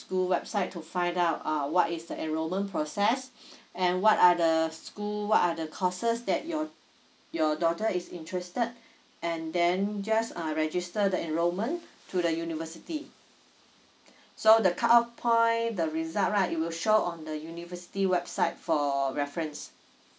school website to find out uh what is the enrollment process and what are the school what are the courses that your your daughter is interested and then just uh register the enrolment to the university so the cut off point the result right it will show on the university website for reference